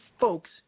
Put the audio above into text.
folks –